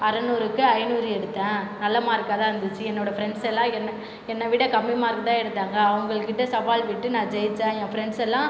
அறநூறுக்கு ஐநூறு எடுத்தேன் நல்ல மார்க்காக தான் இருந்துச்சு என்னோடய ஃப்ரண்ட்ஸ் எல்லாம் என் என்னை விட கம்மி மார்க்கு தான் எடுத்தாங்க அவங்கள் கிட்டே சவால் விட்டு நான் ஜெயித்தேன் என் ஃப்ரண்ட்ஸ் எல்லாம்